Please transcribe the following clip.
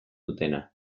dutena